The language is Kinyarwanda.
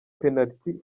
penaliti